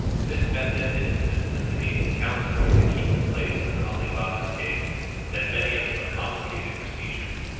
this method in its simplicity counts more to keep the place an ali baba's cave than many a more complicated procedure.